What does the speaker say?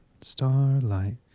starlight